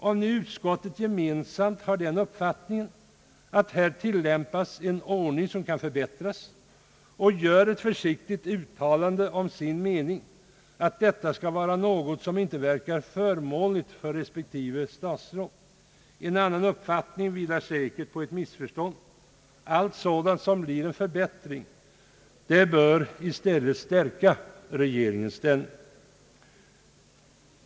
Om nu utskottet gemensamt anser att här tillämpas en ordning som kan förbättras och gör ett försiktigt uttalande om sin mening, kan jag inte förstå att detta skall vara något som inte verkar förmånligt för respektive statsråd. En annan uppfattning beror säkert på ett missförstånd. Allt sådant som blir en förbättring bör i stället stärka regeringens ställning.